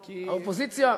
האופוזיציה?